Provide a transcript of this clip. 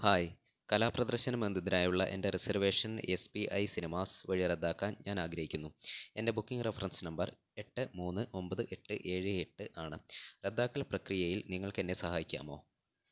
hi കലാപ്രദർശനം എന്നതിനായുള്ള എൻ്റെ reservation S P I cinemas വഴി റദ്ദാക്കാൻ ഞാൻ ആഗ്രഹിക്കുന്നു എൻ്റെ ബുക്കിംഗ് റഫറൻസ് നമ്പർ എട്ട് മൂന്ന് ഒൻപത് എട്ട് ഏഴ് എട്ട് ആണ് റദ്ദാക്കൽ പ്രക്രിയയിൽ നിങ്ങൾക്ക് എന്നെ സഹായിക്കാമോ